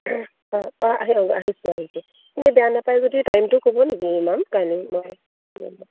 অঁ আহ আহ আহিছোঁ আহিছোঁ এনেই বেয়া নাপায় যদি টাইমটো ক'ব নেকি মেম কাইলৈ মই